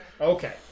Okay